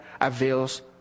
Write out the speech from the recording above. avails